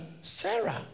Sarah